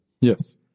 Yes